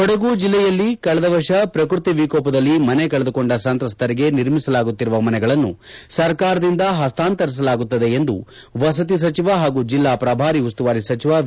ಕೊಡಗು ಜಲ್ಲೆಯಲ್ಲಿ ಕಳೆದ ವರ್ಷ ಪ್ರಕೃತಿ ವಿಕೋಪದಲ್ಲಿ ಮನೆ ಕಳೆದುಕೊಂಡ ಸಂತ್ರಸ್ತರಿಗೆ ನಿರ್ಮಿಸಲಾಗುತ್ತಿರುವ ಮನೆಗಳನ್ನು ಸರ್ಕಾರದಿಂದ ಪಸ್ನಾಂತರಿಸಲಾಗುತ್ತದೆ ಎಂದು ವಸತಿ ಸಚಿವ ಹಾಗೂ ಜಿಲ್ನಾ ಪಭಾರಿ ಉಸ್ತುವಾರಿ ಸಚಿವ ವಿ